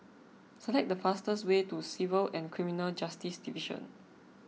select the fastest way to Civil and Criminal Justice Division